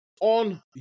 on